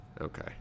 Okay